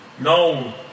No